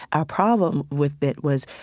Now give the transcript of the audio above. our problem with it was,